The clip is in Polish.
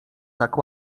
tak